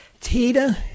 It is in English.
Tita